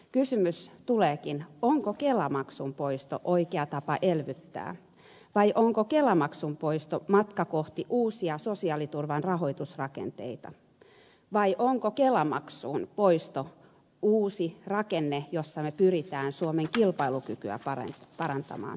kysymys tuleekin onko kelamaksun poisto oikea tapa elvyttää vai onko kelamaksun poisto matka kohti uusia sosiaaliturvan rahoitusrakenteita vai onko kelamaksun poisto uusi rakenne jossa me pyrimme suomen kilpailukykyä parantamaan